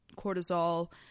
cortisol